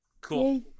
Cool